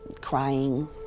crying